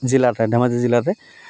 জিলাতে ধেমাজি জিলাতে